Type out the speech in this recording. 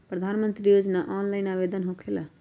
प्रधानमंत्री योजना ऑनलाइन आवेदन होकेला?